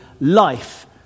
life